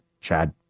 Chad